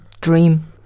dream